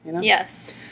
Yes